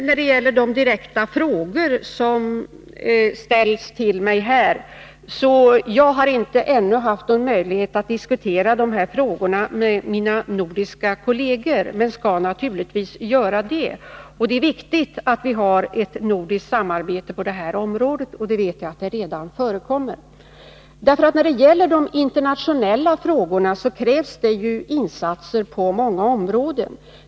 När det gäller de direkta frågor som ställts till mig här vill jag säga att jag ännu inte haft någon möjlighet att diskutera dessa frågor med mina nordiska kolleger. Men jag skall naturligtvis göra det. Det är viktigt att vi har ett nordiskt samarbete på det här området. Jag vet att ett sådant redan förekommer. Beträffande de internationella frågorna krävs det nämligen insatser på många områden.